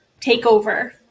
takeover